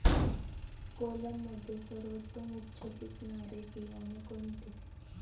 कोलममध्ये सर्वोत्तम उच्च पिकणारे बियाणे कोणते?